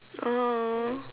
!aww!